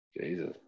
Jesus